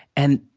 and,